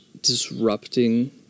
disrupting